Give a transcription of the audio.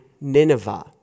Nineveh